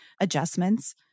adjustments